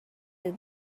have